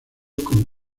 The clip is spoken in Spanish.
con